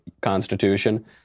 constitution